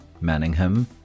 Manningham